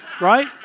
right